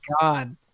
God